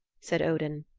said odin.